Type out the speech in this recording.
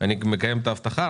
אני מקיים את ההבטחה,